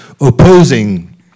opposing